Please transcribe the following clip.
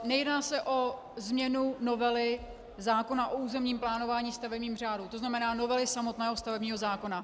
Nejedná se o změnu novely zákona o územním plánování, stavebním řádu, to znamená novely samotného stavebního zákona.